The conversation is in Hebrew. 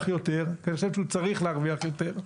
יותר כי אני חושב שהוא צריך להרוויח יותר,